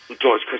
George